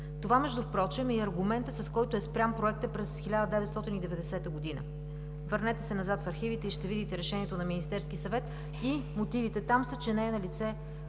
Това впрочем е и аргументът, с който е спрян Проектът през 1990 г. Върнете се назад в архивите и ще видите решението на Министерския съвет. Мотивите там са, че не е налице